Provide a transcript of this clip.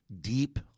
deep